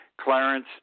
Clarence